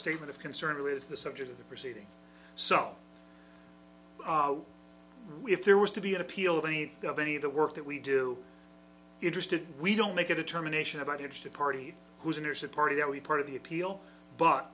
statement of concern with the subject of the proceedings so if there was to be an appeal of any of any of the work that we do interested we don't make a determination about interested party who is interested party that we part of the appeal but